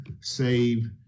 save